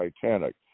Titanic